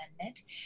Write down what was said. Amendment